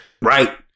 right